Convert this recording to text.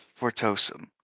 Fortosum